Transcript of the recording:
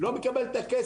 אם אני לא מקבל את הכסף,